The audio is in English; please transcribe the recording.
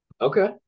okay